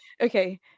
Okay